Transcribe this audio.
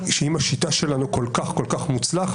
שאם השיטה שלנו כל כך מוצלחת,